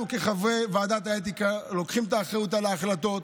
אנחנו כחברי ועדת האתיקה לוקחים את האחריות על ההחלטות,